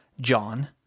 John